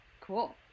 Cool